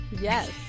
Yes